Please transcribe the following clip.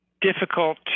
difficult